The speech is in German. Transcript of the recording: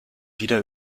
wieder